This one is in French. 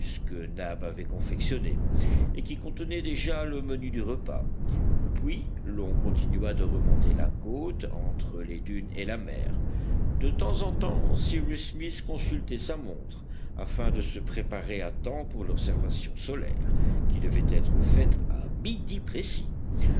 que nab avait confectionné et qui contenait déjà le menu du repas puis l'on continua de remonter la côte entre les dunes et la mer de temps en temps cyrus smith consultait sa montre afin de se préparer à temps pour l'observation solaire qui devait être faite à midi précis